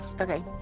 Okay